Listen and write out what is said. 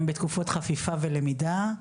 הם בתקופות חפיפה ולמידה,